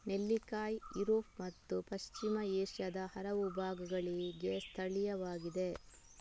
ನೆಲ್ಲಿಕಾಯಿ ಯುರೋಪ್ ಮತ್ತು ಪಶ್ಚಿಮ ಏಷ್ಯಾದ ಹಲವು ಭಾಗಗಳಿಗೆ ಸ್ಥಳೀಯವಾಗಿದೆ